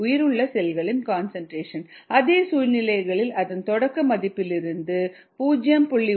உயிருள்ள செல்களின் கன்சன்ட்ரேஷன் அதே சூழ்நிலைகளில் அதன் தொடக்க மதிப்பிலிருந்து 0